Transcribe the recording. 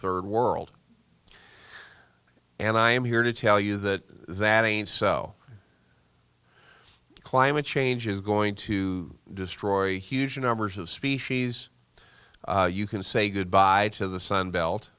third world and i am here to tell you that that ain't so climate change is going to destroy huge numbers of species you can say goodbye to the sun belt